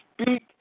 speak